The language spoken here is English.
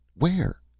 where?